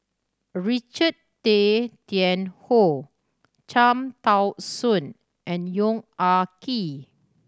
Richard Tay Tian Hoe Cham Tao Soon and Yong Ah Kee